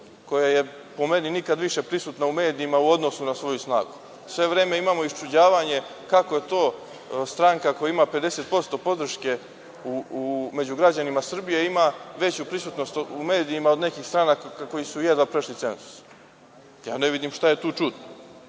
koja je, po meni, nikad više prisutna u medijima u odnosu na svoju snagu. Sve vreme imamo iščuđavanje kako to stranka koja ima 50% podrške među građanima Srbije ima veću prisutnost u medijima od nekih stranaka koje su jedva prešli cenzus. Ja ne vidim šta je tu čudno.